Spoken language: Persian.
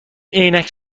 عینک